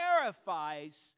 terrifies